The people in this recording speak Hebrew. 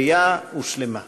בריאה ושלמה.